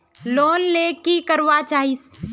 Loan ले की करवा चाहीस?